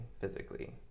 physically